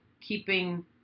keeping